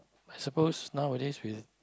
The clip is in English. I suppose nowadays with